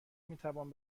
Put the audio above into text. میتوان